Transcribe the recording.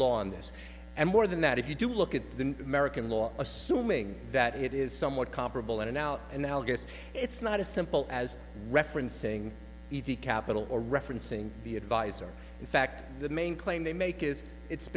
this and more than that if you do look at the american law assuming that it is somewhat comparable in an out analogous it's not as simple as referencing e g capital or referencing the advisor in fact the main claim they make is it's